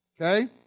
okay